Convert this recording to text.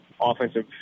offensive